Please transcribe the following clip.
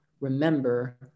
remember